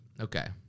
Okay